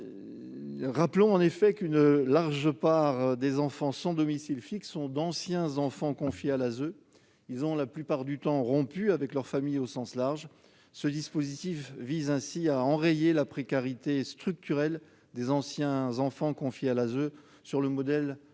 Rappelons en effet qu'une large part des jeunes sans domicile fixe sont d'anciens enfants confiés à l'ASE, qui ont, la plupart du temps, rompu avec leur famille au sens large. Ce dispositif vise ainsi à enrayer la précarité structurelle des anciens enfants confiés à l'ASE, sur le modèle de la